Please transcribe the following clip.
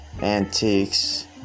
antiques